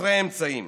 חסרי אמצעים.